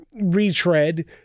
retread